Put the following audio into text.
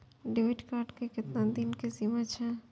Debit card के केतना दिन के सीमा छै?